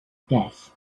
death